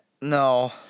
No